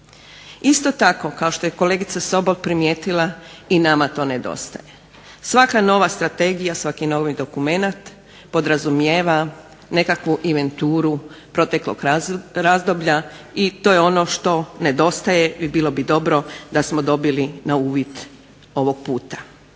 Isto tako kao što je kolegica Sobol primijetila i nama to nedostaje. Svaka nova strategija svaki novi dokumenat podrazumijeva nekakvu inventuru proteklog razdoblja i to je ono što nedostaje i bilo bi dobro da smo dobili na uvid ovog puta.